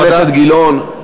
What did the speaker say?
חבר הכנסת גילאון.